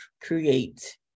create